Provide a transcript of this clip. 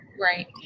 Right